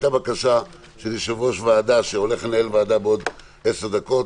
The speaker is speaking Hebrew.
הייתה בקשה של יושב-ראש ועדה שהולך לנהל ועדה בעוד עשר דקות,